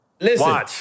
Listen